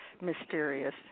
mysterious